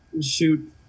shoot